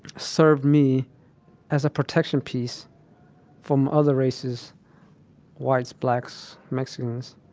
served me as a protection piece from other races whites, blacks, mexicans.